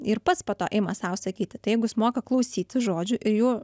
ir pats po to ima sau sakyti tai jeigu jis moka klausyti žodžių ir jų